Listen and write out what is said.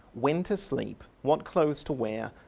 when to sleep, what clothes to wear,